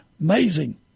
Amazing